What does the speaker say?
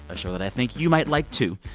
a show that i think you might like, too.